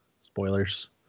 Spoilers